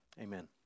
amen